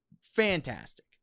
fantastic